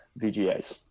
VGAs